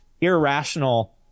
irrational